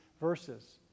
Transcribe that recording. verses